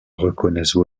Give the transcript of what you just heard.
reconnaissent